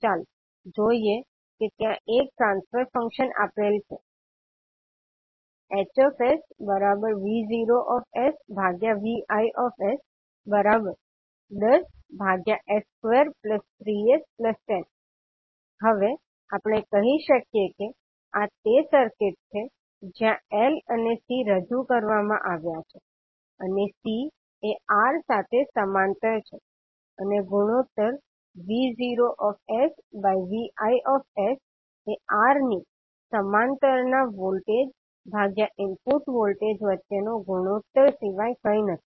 ચાલો જોઈએ કે ત્યાં એક ટ્રાન્સફર ફંક્શન આપેલ છે HsV0Vi10s23s10 હવે આપણે કહી શકીએ કે આ તે સર્કિટ છે જ્યાં L અને C રજૂ કરવામાં આવ્યા છે અને C એ R સાથે સમાંતર છે અને ગુણોત્તર V0Vi એ R ની સમાંતર ના વોલ્ટેજ ભાગ્યા ઈનપુટ વોલ્ટેજ વચ્ચેનો ગુણોત્તર સિવાય કંઈ નથી